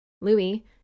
Louis